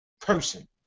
person